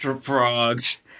frogs